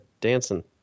Dancing